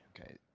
Okay